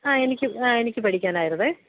ആ എനിക്ക് ആ എനിക്കു പഠിക്കാനായിരുന്നെ